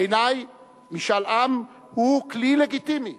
בעיני משאל עם הוא כלי לגיטימי,